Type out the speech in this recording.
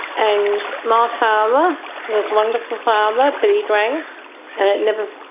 and my father, um ah the most wonderful father but he drank and it never